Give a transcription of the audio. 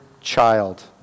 child